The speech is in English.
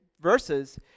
verses